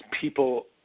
people